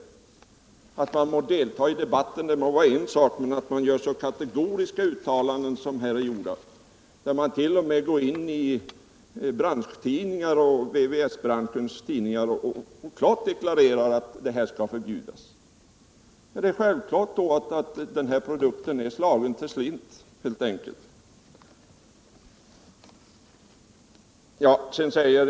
Det må vara en sak att man deltar i Fredagen den debatten, men man bör inte göra så kategoriska uttalanden som man gjort 3 februari 1978 här, där man t.o.m. går in i VVS-branschens tidningar och klart deklarerar att panelerna skall förbjudas. Det är självklart att den här produkten, efter sådana uttalanden, är utan framtid.